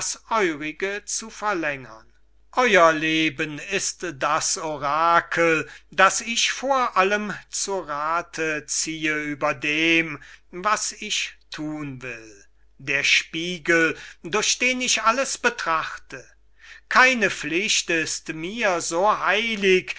zu verlängern euer leben ist das orakel das ich vor allen zu rathe ziehe über dem was ich thun will der spiegel durch den ich alles betrachte keine pflicht ist mir so heilig